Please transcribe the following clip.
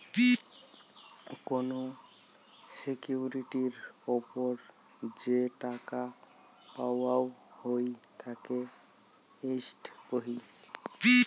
কোন সিকিউরিটির ওপর যে টাকা পাওয়াঙ হই তাকে ইল্ড কহি